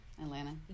Atlanta